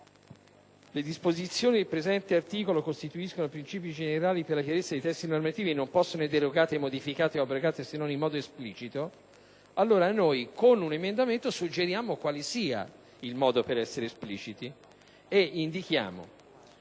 le disposizioni della presente legge costituiscono principi generali per la chiarezza dei testi normativi e non possono essere derogate, modificate o abrogate, se non in modo esplicito, con l'emendamento 3.3 intendiamo suggerire il modo per essere espliciti. Indichiamo